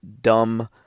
Dumb